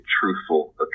truthful